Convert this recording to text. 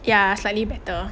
ya slightly better